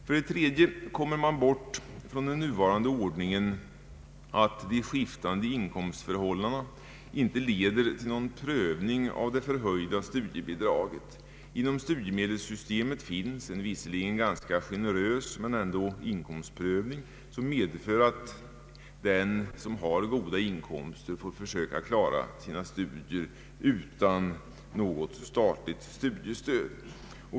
För det tredje kommer man bort från den nuvarande ordningen att de skiftande inkomstförhållandena inte leder till någon prövning av det förhöjda studiebidraget. Inom studiemedelssystemet finns en visserligen ganska generös men ändå inkomstprövning, som medför att den som har goda inkomster får försöka klara sina studier utan något statligt studiestöd.